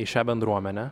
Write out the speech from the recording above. į šią bendruomenę